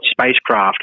spacecraft